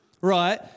right